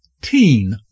Teen